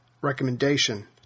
recommendation